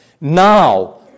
Now